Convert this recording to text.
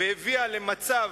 והביאה למצב,